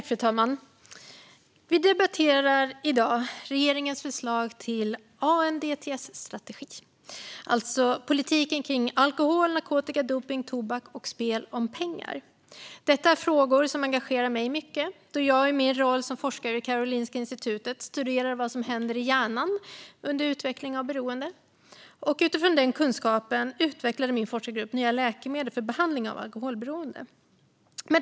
Fru talman! Vi debatterar i dag regeringens förslag till ny ANDTS-strategi, alltså politiken kring alkohol, narkotika, dopning, tobak och spel om pengar. Detta är frågor som engagerar mig mycket, då jag i min roll som forskare vid Karolinska institutet studerade vad som händer i hjärnan under utveckling av beroende. Utifrån den kunskapen utvecklade min forskargrupp nya läkemedel för behandling av alkoholberoende.